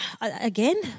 Again